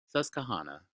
susquehanna